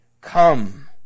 Come